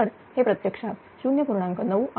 तर हे प्रत्यक्षात 0